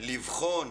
לבחון